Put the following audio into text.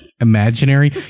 Imaginary